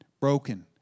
Broken